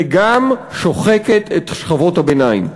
וגם שוחקת את שכבות הביניים.